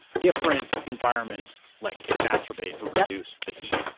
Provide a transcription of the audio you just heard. different environments like exacerbate or reduce the heat,